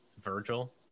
Virgil